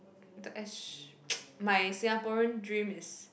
my Singaporean dream is